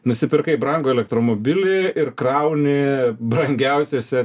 nusipirkai brangų elektromobilį ir krauni brangiausiose